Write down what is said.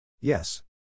Yes